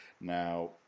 Now